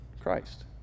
Christ